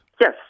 Yes